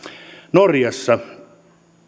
norjassa